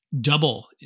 double